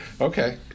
Okay